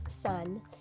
sun